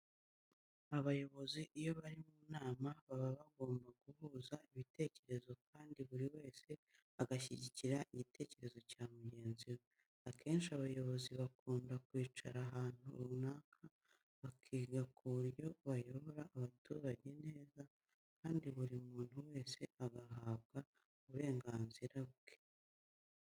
Abayobozi iyo bari mu nama baba bagomba guhuza ibitekerezo kandi buri wese agashyigikira igitekerezo cya mugenzi we. Akenshi abayobozi bakunda kwicara ahantu runaka bakiga ku buryo bayobora abaturage neza, kandi buri muntu wese agahabwa uburenganzira bwe.